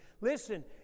Listen